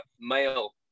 male